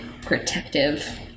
protective